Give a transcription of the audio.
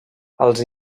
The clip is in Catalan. els